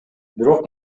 бирок